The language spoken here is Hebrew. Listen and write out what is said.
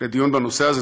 לדיון בנושא הזה,